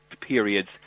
periods